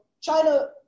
China